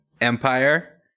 empire